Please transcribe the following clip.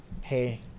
hey